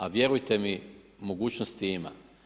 A vjerujte mi mogućnosti ima.